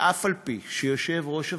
שאף-על-פי שיושב-ראש הוועדה,